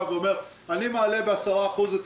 אילו משרד האוצר היה אומר: אני מעלה ב-10% את